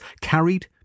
carried